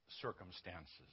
circumstances